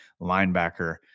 linebacker